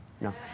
No